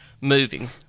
moving